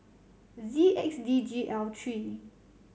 Z X D G L three